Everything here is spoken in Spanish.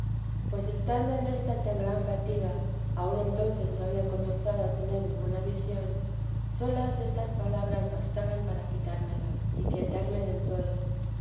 pues estando en esta tan gran fatiga aun entonces no había comenzado a tener ninguna visión solas estas palabras bastaban para quitármela y quietarme del todo